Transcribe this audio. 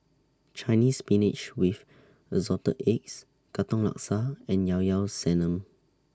Chinese Spinach with Assorted Eggs Katong Laksa and Llao Llao Sanum